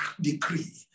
decree